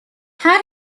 طرح